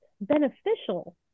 beneficial